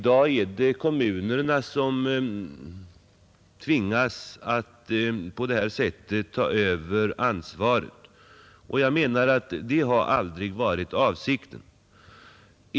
Man väljer helt enkelt att lägga över ansvaret på kommunerna. Detta har aldrig varit avsikten.